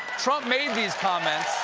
trump made these comments